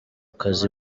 kazi